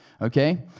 okay